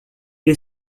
est